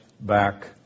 back